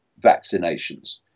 vaccinations